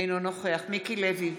אינו נוכח מיקי לוי,